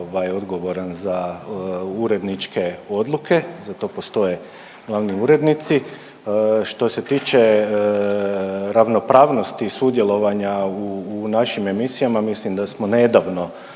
odgovoran za uredničke odluke za to postoje glavni urednici. Što se tiče ravnopravnosti sudjelovanja u našim emisijama mislim da smo nedavno